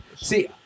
See